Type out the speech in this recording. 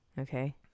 Okay